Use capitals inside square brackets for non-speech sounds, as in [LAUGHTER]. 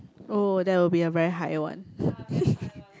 oh that will be a very high one [LAUGHS]